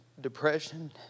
depression